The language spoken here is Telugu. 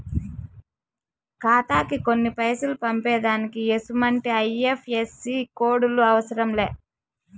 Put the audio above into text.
ఖాతాకి కొన్ని పైసలు పంపేదానికి ఎసుమంటి ఐ.ఎఫ్.ఎస్.సి కోడులు అవసరం లే